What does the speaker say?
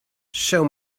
show